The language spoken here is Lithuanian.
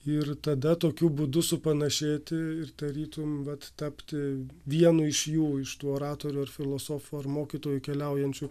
ir tada tokiu būdu supanašėti ir tarytum vat tapti vienu iš jų iš tų oratorių ar filosofų ar mokytojų keliaujančių